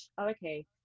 okay